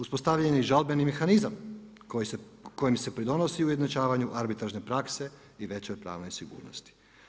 Uspostavljen je i žalbeni mehanizam, kojim se pridonosi ujednačavanju arbitražne prakse i veće pravne sigurnosti.